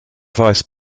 vice